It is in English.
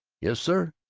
yes, sir.